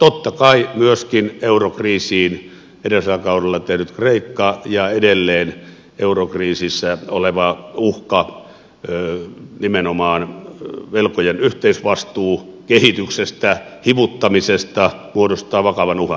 totta kai myöskin eurokriisiin edellisellä kaudella mennyt kreikka ja edelleen eurokriisissä oleva uhka nimenomaan velkojen yhteisvastuukehityksestä hivuttamisesta muodostavat vakavan uhan